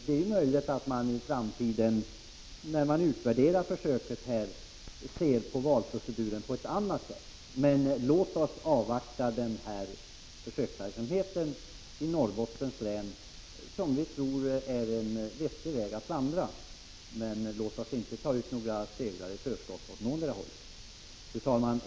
Det är möjligt att man i framtiden — när man utvärderar försöket — ser på valproceduren på ett annat sätt. Låt oss avvakta försöksverksamheten i Norrbottens län, som vi tror innebär en vettig väg att vandra. Men låt oss inte ta ut några segrar i förskott åt någotdera hållet. Fru talman!